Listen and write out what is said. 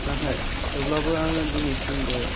नाथाय थेवब्लाबो आङो दिनैसिम बे